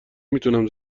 میتونم